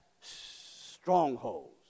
strongholds